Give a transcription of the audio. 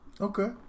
Okay